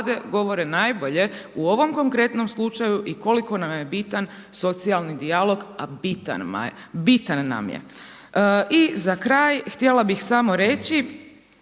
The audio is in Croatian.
govore najbolje u ovom konkretnom slučaju i koliko nam je bitan socijalni dijalog a bitan nam je. I za kraj, htjela bih samo reći,